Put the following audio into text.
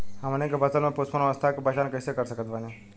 हमनी के फसल में पुष्पन अवस्था के पहचान कइसे कर सकत बानी?